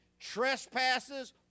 trespasses